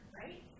right